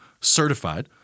certified